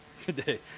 Today